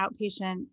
outpatient